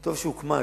טוב שהוקמה.